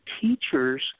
teachers